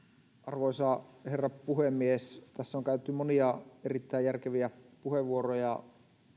arvoisa herra puhemies tässä on käytetty monia erittäin järkeviä puheenvuoroja